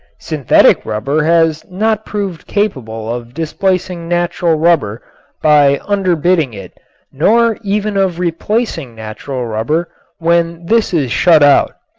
synthetic rubber has not proved capable of displacing natural rubber by underbidding it nor even of replacing natural rubber when this is shut out.